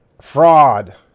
fraud